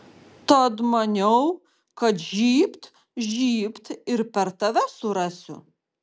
tad maniau kad žybt žybt ir per tave surasiu